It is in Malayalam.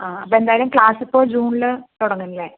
ആ അപ്പോൾ എന്തായാലും ക്ലാസ്സിപ്പോൾ ജൂണിൽ തുടങ്ങും അല്ലേ